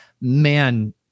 man